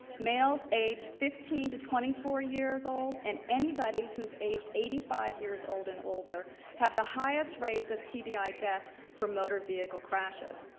males age five to twenty four years old and anybody who is age eighty five years old and older have the highest rates of tbi death from motor vehicle crashes.